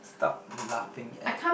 stop laughing at